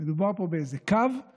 גייסו אותו לגבי